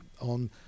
on